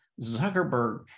Zuckerberg